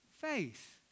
faith